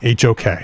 HOK